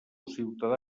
ciutadà